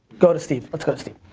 go to steve, let's go to steve.